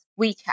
WeChat